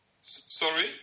Sorry